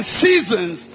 seasons